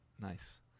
nice